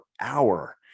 hour